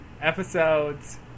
Episodes